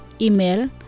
Email